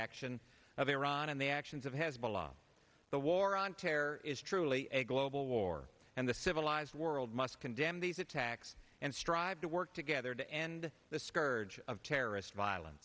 action of iran and the actions of hezbollah the war on terror is truly a global war and the civilized world must condemn these attacks and strive to work together to end the scourge of terrorist violence